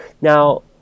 now